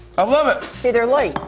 i love it. see, they're light.